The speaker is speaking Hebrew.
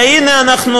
והנה אנחנו,